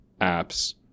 apps